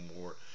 more